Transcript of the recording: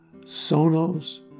Sonos